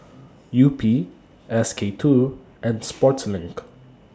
Yupi S K two and Sportslink